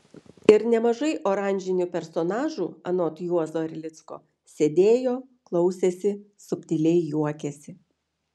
ir nemažai oranžinių personažų anot juozo erlicko sėdėjo klausėsi subtiliai juokėsi